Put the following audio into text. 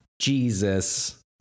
Jesus